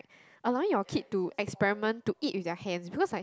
allowing your kid to experiment to eat with their hands because like